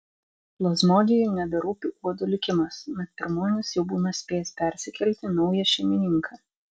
plazmodijui neberūpi uodo likimas mat pirmuonis jau būna spėjęs persikelti į naują šeimininką